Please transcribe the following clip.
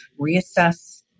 reassess